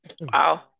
Wow